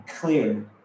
clear